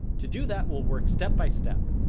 to do that, we'll work step by step.